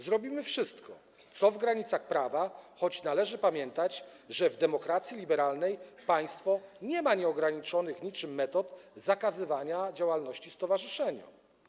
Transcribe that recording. Zrobimy wszystko, co leży w granicach prawa, choć należy pamiętać, że w demokracji liberalnej państwo nie ma niczym nieograniczonych metod zakazywania działalności stowarzyszeniom.